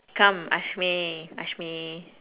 come ask me ask me